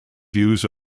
views